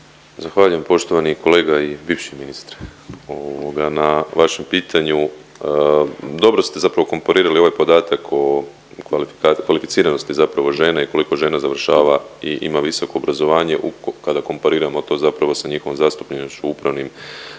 Zahvaljujem poštovani kolega i bivši ministre ovoga na vašem pitanju. Dobro ste zapravo komparirali ovaj podatak o kvalificiranosti zapravo žene i koliko žena završava i ima visoko obrazovanje u, kada kompariramo to zapravo sa njihovom zastupljenošću u upravnim organima